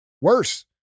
worse